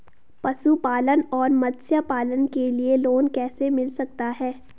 पशुपालन और मत्स्य पालन के लिए लोन कैसे मिल सकता है?